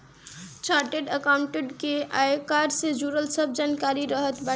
chartered accountant के आयकर से जुड़ल सब जानकारी रहत बाटे